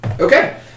Okay